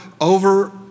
over